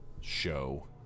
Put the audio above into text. show